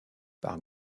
par